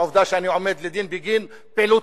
שקם לתחייה בדמותו של בן-ארי.